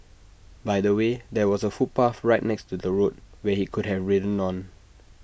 by the way there was A footpath right next to the road where he could have ridden on